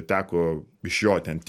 teko išjot ant